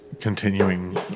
continuing